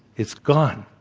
it's gone.